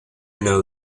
know